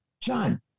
John